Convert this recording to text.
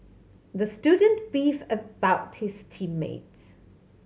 the student beefed about his team mates